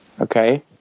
Okay